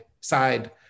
side